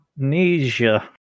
amnesia